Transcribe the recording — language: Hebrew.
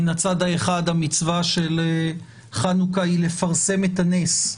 מן הצד האחד המצווה של חנוכה היא לפרסם את הנס,